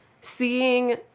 seeing